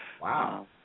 Wow